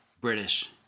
British